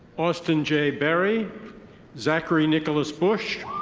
austin jay barry zachary nicholas bush.